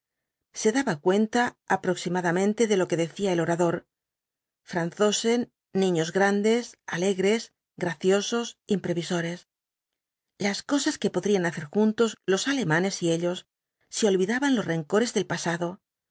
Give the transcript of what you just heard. se daba cuenta aproximadamente de lo que decía el orador franzosen niños grandes alegres graciosos imprevisores las cosas que podrían hacer juntos los alemanes y ellos si olvidaban los rencores del pasado